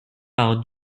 par